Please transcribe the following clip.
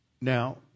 Now